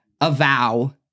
avow